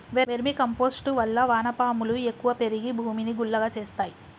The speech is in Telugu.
వెర్మి కంపోస్ట్ వల్ల వాన పాములు ఎక్కువ పెరిగి భూమిని గుల్లగా చేస్తాయి